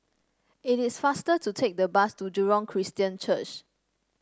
it is faster to take the bus to Jurong Christian Church